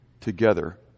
together